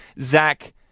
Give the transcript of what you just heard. Zach